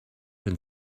been